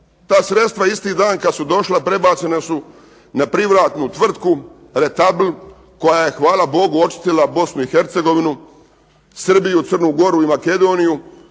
Ta sredstva isti dan kad su došla prebačena su na privatnu tvrtku "Retabl" koja je hvala Bogu očistila Bosnu i Hercegovinu, Srbiju, Crnu Goru i Makedoniju